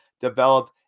develop